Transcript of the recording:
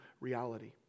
reality